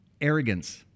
Arrogance